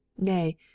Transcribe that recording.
nay